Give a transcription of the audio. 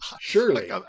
Surely